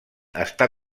està